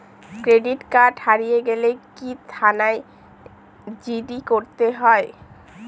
Credit card হারিয়ে গেলে কি থানায় জি.ডি করতে হয়?